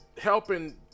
helping